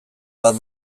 bat